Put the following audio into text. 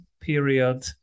period